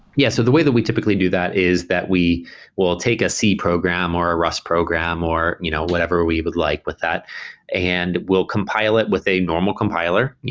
yeah so the way that we typically do that is that we will take a c program or a rust program or you know whatever we would like with that and we'll compile it with a normal compiler.